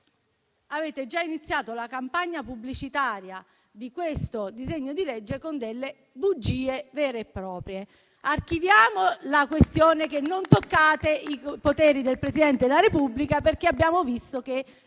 avete già iniziato la campagna pubblicitaria di questo disegno di legge con delle bugie vere e proprie. Archiviamo poi la questione che non toccate i poteri del Presidente della Repubblica perché abbiamo visto che